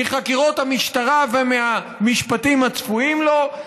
מחקירות המשטרה ומהמשפטים הצפויים לו,